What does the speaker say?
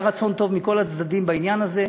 היה רצון טוב מכל הצדדים בעניין הזה.